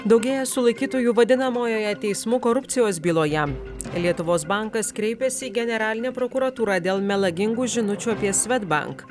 daugėja sulaikytųjų vadinamojoje teismų korupcijos byloje lietuvos bankas kreipėsi į generalinę prokuratūrą dėl melagingų žinučių apie svedbank